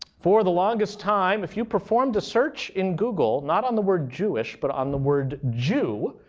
for the longest time, if you performed a search in google, not on the word jewish but on the word jew,